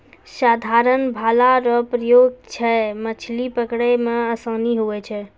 साधारण भाला रो प्रयोग से मछली पकड़ै मे आसानी हुवै छै